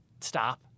stop